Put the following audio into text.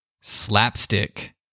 Slapstick